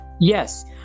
Yes